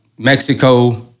Mexico